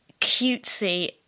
cutesy